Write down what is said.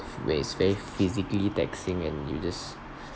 when it's very physically taxing and you just